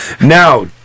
Now